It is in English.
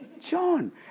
John